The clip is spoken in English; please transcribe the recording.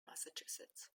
massachusetts